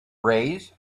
raise